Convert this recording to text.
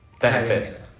benefit